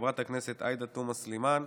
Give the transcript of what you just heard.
חברת הכנסת עאידה תומא סלימאן,